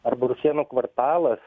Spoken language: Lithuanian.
arba rusėnų kvartalas